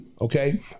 Okay